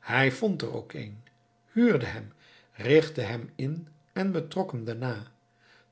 hij vond er ook een huurde hem richtte hem in en betrok hem daarna